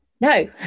no